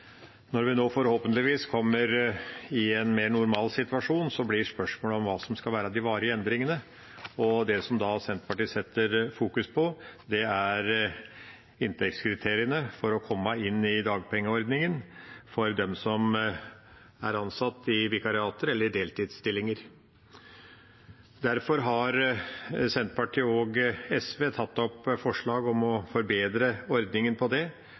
Når vi nå forhåpentligvis kommer i en mer normal situasjon, blir spørsmålet hva som skal være de varige endringene, og det Senterpartiet fokuserer på, er inntektskriteriene for å komme inn i dagpengeordningen for dem som er ansatt i vikariater eller deltidsstillinger. Derfor har Senterpartiet og SV lagt fram forslag om å forbedre ordningen for det,